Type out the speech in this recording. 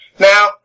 Now